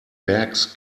bags